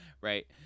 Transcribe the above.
right